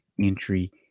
entry